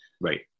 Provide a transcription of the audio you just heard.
Right